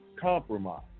compromise